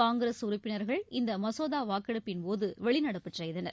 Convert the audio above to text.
காங்கிரஸ் உறுப்பினர்கள் இந்த மசோதா வாக்கெடுப்பின் போது வெளிநடப்பு செய்தனர்